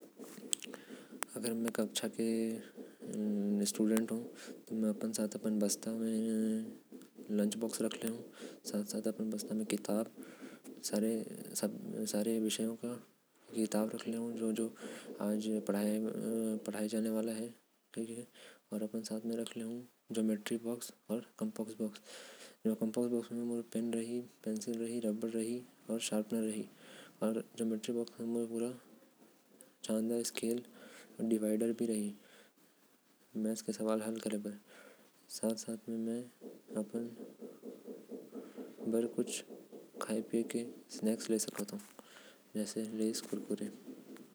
मे अगर विद्यार्थी हो तो में अपन बस्ता में खाये। बर टिफ़िन सब बिषय के किताब कॉपी रखूं। ओकर साथ दो ठो कॉम्प्स रखु। जेकर में पेन पेंसिल ओर रबर रखु। ओकर साथ एक त्रिभुजाकार उपकरण रखु। जेकर में चंदा स्केल और प्रकार रखु जेकर। इस्तेमाल करके गणित के सवाल हल कर सकत हूं।